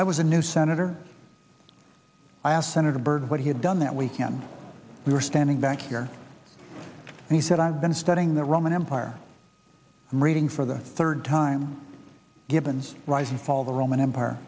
i was a new senator i asked senator byrd what he had done that we can we were standing back here and he said i've been studying the roman empire reading for the third time givens rise and fall of the roman empire